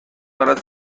دارد